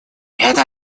это